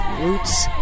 Roots